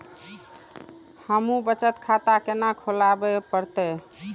हमू बचत खाता केना खुलाबे परतें?